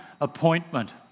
appointment